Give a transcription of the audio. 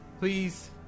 please